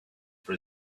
for